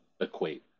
equate